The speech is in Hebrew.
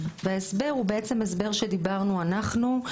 ההסבר הוא בעצם ההסבר שדיברנו עליו אנחנו.